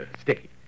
sticky